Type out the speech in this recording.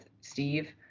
Steve